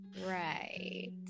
Right